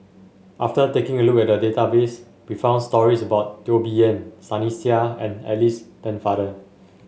after taking a look at the database we found stories about Teo Bee Yen Sunny Sia and Alice Pennefather